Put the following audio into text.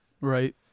Right